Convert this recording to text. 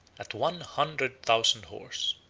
at one hundred thousand horse.